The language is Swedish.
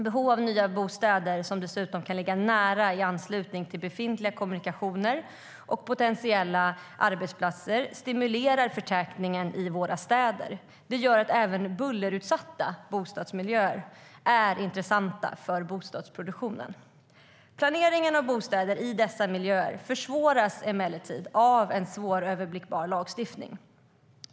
Behovet av nya bostäder, som dessutom kan ligga i nära anslutning till befintliga kommunikationer och potentiella arbetsplatser, stimulerar förtätningen i våra städer. Det gör att även bullerutsatta bostadsmiljöer är intressanta för bostadsproduktion. Planeringen av bostäder i dessa miljöer försvåras emellertid av en svåröverblickbar lagstiftning.